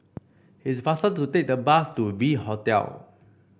it's faster to take the bus to V Hotel